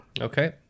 Okay